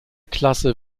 klasse